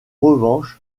revanche